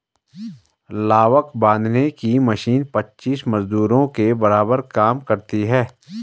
लावक बांधने की मशीन पच्चीस मजदूरों के बराबर काम करती है